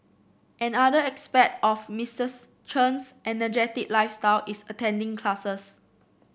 another aspect of Mistress Chen's energetic lifestyle is attending classes